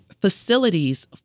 facilities